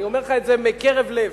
אני אומר לך את זה מקרב לב: